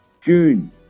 June